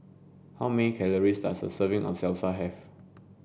how many calories does a serving of Salsa have